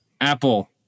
Apple